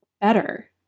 better